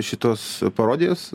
šituos parodijas